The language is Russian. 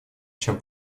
чем